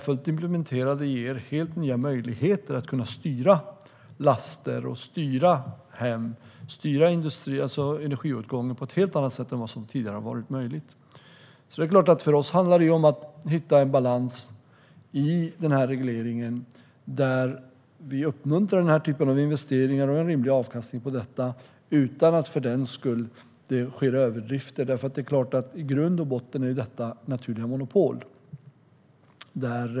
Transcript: Fullt implementerade ger de helt nya möjligheter att kunna styra energiåtgången, för laster, hem och industrier, på ett helt annat sätt än tidigare. För oss handlar det såklart om att hitta en balans i regleringen, där vi uppmuntrar den typen av investeringar och en rimlig avkastning på det utan att det för den skull sker överdrifter. Detta är i grund och botten naturliga monopol.